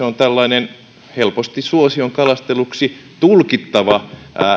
on tällainen helposti suosion kalasteluksi tulkittava